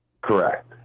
Correct